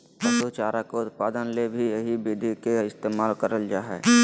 पशु चारा के उत्पादन ले भी यही विधि के इस्तेमाल करल जा हई